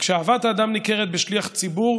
וכשאהבת האדם ניכרת בשליח ציבור,